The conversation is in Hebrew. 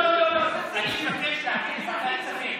לא, לא, אני מבקש להעביר לוועדת הכספים.